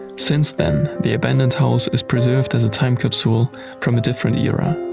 since then, the abandoned house is preserved as a time capsule from a different era.